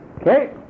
Okay